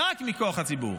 רק מכוח הציבור.